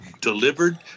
delivered